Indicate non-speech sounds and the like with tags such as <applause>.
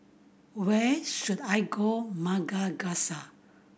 where should I go <unintelligible>